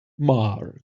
marc